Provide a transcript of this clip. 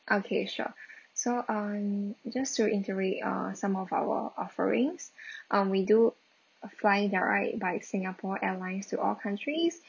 okay sure so um just to intro in uh some of our offerings um we do fly direct by singapore airlines to all countries